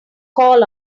call